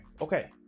okay